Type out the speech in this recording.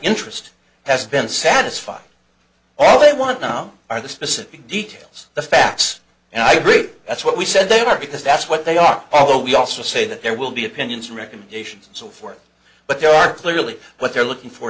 interest has been satisfied all they want now are the specific details the facts and i believe that's what we said they are because that's what they are although we also say that there will be opinions recommendations and so forth but there are clearly what they're looking for